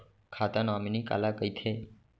खाता नॉमिनी काला कइथे?